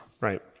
Right